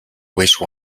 wish